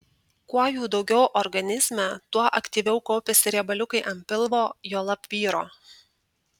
kuo jų daugiau organizme tuo aktyviau kaupiasi riebaliukai ant pilvo juolab vyro